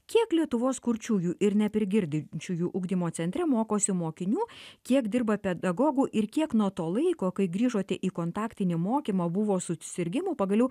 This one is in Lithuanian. kiek lietuvos kurčiųjų ir neprigirdinčiųjų ugdymo centre mokosi mokinių kiek dirba pedagogų ir kiek nuo to laiko kai grįžote į kontaktinį mokymą buvo susirgimų pagaliau